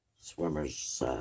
swimmers